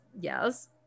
yes